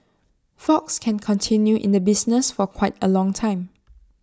fox can continue in the business for quite A long time